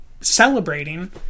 celebrating